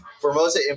Formosa